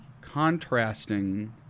contrasting